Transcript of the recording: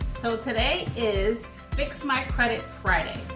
so today is fix my credit friday.